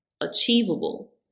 achievable